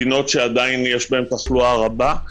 מדינות שעדיין יש בהן תחלואה רבה,